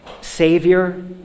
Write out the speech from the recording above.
savior